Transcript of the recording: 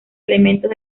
elementos